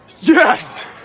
Yes